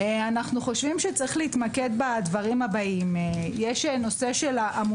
אנחנו חושבים שצריך להתמקד בדברים הבאים: מודעות